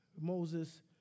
Moses